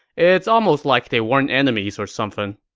it's almost like they weren't enemies or something.